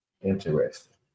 interesting